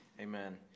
Amen